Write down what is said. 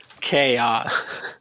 chaos